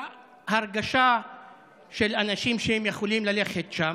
בהרגשה של האנשים שהם יכולים ללכת שם,